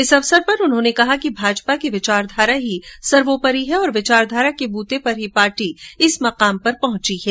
इस अवसर पर उन्होंने कहा कि भाजपा की विचारधारा ही सर्वोपरी है और विचारधारा के बूते पर ही पार्टी इस मुकाम तक पहंची है